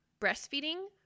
Breastfeeding